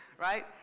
right